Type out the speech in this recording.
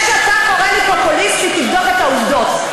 לפני שאתה קורא לי פופוליסטית תבדוק את העובדות.